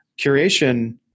curation